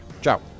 Ciao